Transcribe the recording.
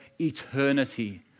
eternity